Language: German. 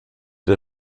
der